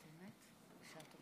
(חותמת